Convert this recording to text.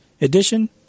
Edition